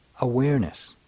Awareness